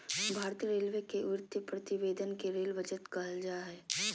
भारतीय रेलवे के वित्तीय प्रतिवेदन के रेल बजट कहल जा हइ